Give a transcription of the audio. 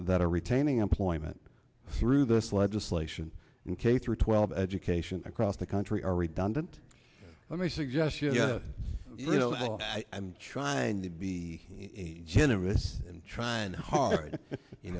that are retaining employment through this legislation in k through twelve education across the country are redundant let me suggest to you know i'm trying to be generous and try and hard you